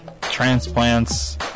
transplants